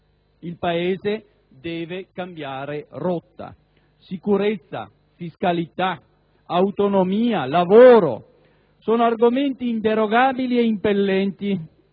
Il Paese deve cambiare rotta: sicurezza, fiscalità, autonomia, lavoro sono argomenti inderogabili e impellenti